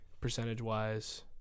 percentage-wise